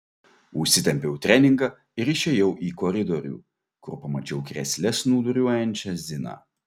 užsitempiau treningą ir išėjau į koridorių kur pamačiau krėsle snūduriuojančią ziną